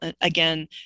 Again